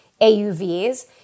AUVs